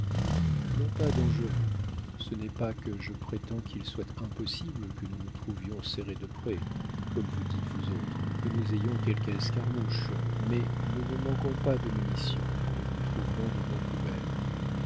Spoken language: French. non pas dangereux ce n'est pas que je prétende qu'il soit impossible que nous nous trouvions serrés de près comme vous dites vous autres que nous ayons quelque escarmouche mais nous ne manquons pas de munitions et nous trouverons de bons couverts